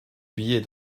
billet